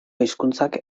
hizkuntzak